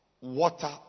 water